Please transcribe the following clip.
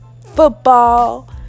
football